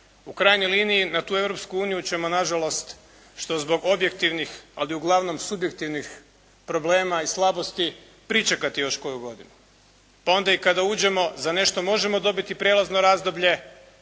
U krajnjoj liniji na tu Europsku uniju ćemo nažalost, što zbog objektivnih, ali uglavnom subjektivnih problema i slabosti pričekati još koju godinu. Pa onda kada i uđemo za nešto možemo dobiti prijelazno razdoblje,